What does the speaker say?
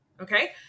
okay